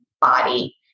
body